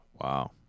Wow